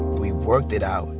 we worked it out,